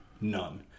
None